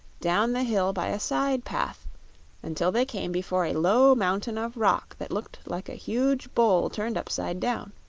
down the hill by a side path until they came before a low mountain of rock that looked like a huge bowl turned upside down.